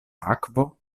akvo